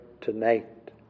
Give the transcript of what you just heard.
tonight